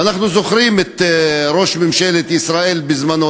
ואנחנו זוכרים את ראש ממשלת ישראל בזמנו,